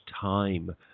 time